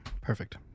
Perfect